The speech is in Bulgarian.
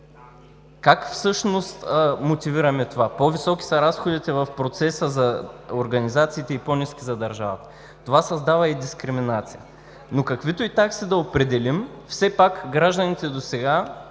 Как всъщност мотивираме това? По-високи са разходите в процеса за организациите и по-ниски за държавата? Това създава и дискриминацията. Но каквито и такси да определим, все пак гражданите досега,